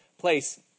place